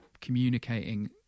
communicating